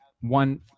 one